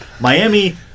Miami